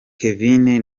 kevin